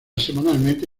semanalmente